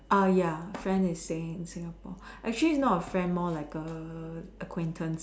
ah ya friend is staying in Singapore actually not a friend more like a acquaintance